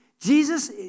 Jesus